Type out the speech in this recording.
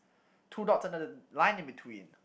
two dots and a line in between